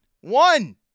one